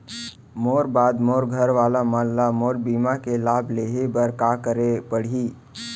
मोर बाद मोर घर वाला मन ला मोर बीमा के लाभ लेहे बर का करे पड़ही?